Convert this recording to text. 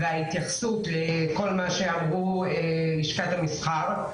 וההתייחסות לכל מה שאמרו לשכת המסחר.